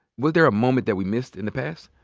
was there a moment that we missed in the past?